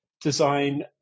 design